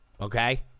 okay